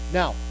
now